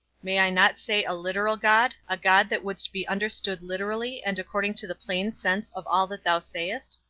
may i not say a literal god, a god that wouldst be understood literally and according to the plain sense of all that thou sayest?